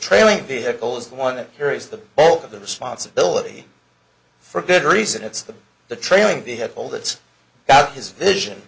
trailing vehicle is the one that carries the bulk of the responsibility for good reason it's the the trailing the head hole that's got his vision